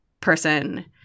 person